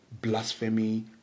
blasphemy